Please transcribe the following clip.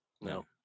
No